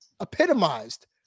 epitomized